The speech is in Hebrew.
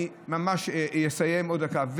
אני אסיים ממש עוד דקה.